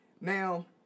Now